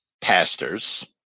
pastors